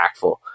impactful